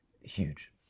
huge